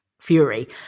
fury